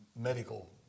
medical